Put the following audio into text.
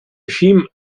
eixim